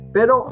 Pero